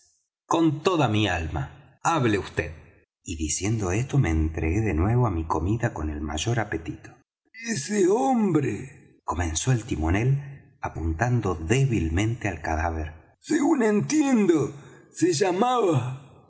con toda mi alma hable vd y diciendo esto me entregué de nuevo á mi comida con el mayor apetito ese hombre comenzó el timonel apuntando débilmente al cadáver según entiendo se llamaba